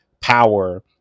power